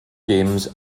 games